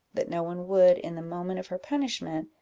that no one would, in the moment of her punishment,